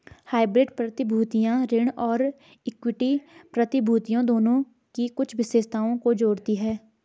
hybrid प्रतिभूतियां ऋण और इक्विटी प्रतिभूतियों दोनों की कुछ विशेषताओं को जोड़ती हैं